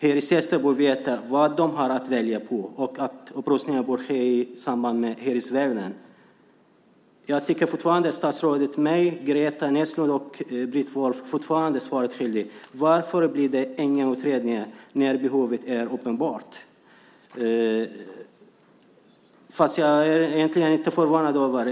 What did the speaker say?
Hyresgästerna borde veta vad de har att välja på, och upprustningen borde ske i samråd med hyresvärden. Jag tycker att statsrådet fortfarande är mig, Greta Näslund och Britt Wolf svaret skyldig. Varför blir det ingen utredning när behovet är uppenbart? Men jag är egentligen inte förvånad.